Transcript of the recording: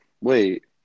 Wait